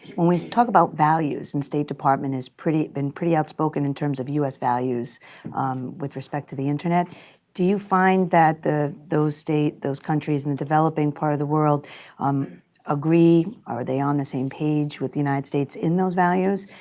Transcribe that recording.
when we talk about values and state department has been pretty outspoken in terms of us values with respect to the internet do you find that the those states those countries in the developing part of the world um agree? are they on the same page with the united states in those values?